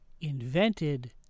invented